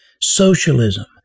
socialism